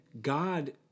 God